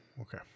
Okay